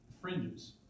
fringes